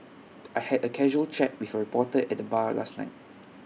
I had A casual chat with A reporter at the bar last night